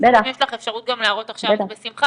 אם יש לך אפשרות להראות עכשיו אז בשמחה,